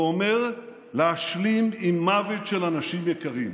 זה אומר להשלים עם מוות של אנשים יקרים.